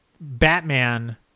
Batman